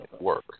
work